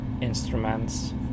instruments